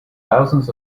thousands